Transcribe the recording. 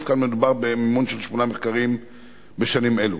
פה מדובר במימון של שמונה מחקרים בשנים אלו.